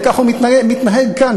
וכך הוא מתנהג כאן,